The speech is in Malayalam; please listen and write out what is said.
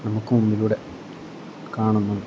നമുക്ക് മുൻപിലൂടെ കാണുന്നു